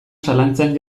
zalantzan